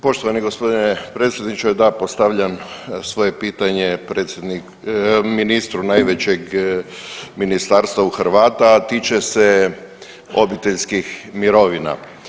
Poštovani gospodine predsjedniče, da postavljam svoje pitanje ministru najvećeg ministarstva u Hrvata, a tiče se obiteljskih mirovina.